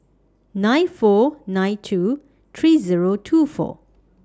nine four nine two three Zero two four